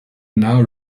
now